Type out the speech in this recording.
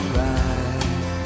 right